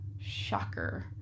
Shocker